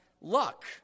luck